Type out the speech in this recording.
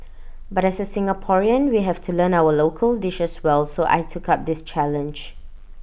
but as A Singaporean we have to learn our local dishes well so I took up this challenge